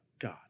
God